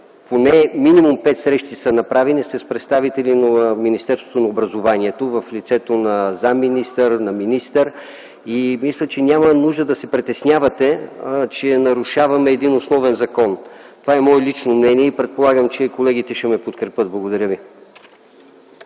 Поне минимум пет срещи са направени с представители на Министерството на образованието, младежта и науката в лицето на министър, на заместник-министър и няма нужда да се притеснявате, че нарушаваме един основен закон. Това е мое лично мнение, предполагам, че и колегите ще ме подкрепят. Благодаря ви.